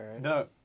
No